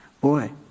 boy